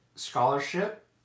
scholarship